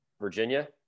Virginia